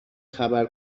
خبر